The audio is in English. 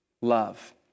love